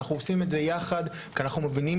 אנחנו עושים את זה יחד כי אנחנו מבינים